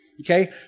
Okay